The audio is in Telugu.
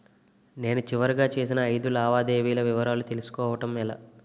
నేను చివరిగా చేసిన ఐదు లావాదేవీల వివరాలు తెలుసుకోవటం ఎలా?